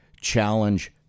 challenge